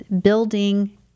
building